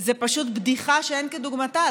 זה פשוט בדיחה שאין כדוגמתה.